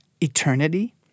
eternity